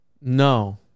No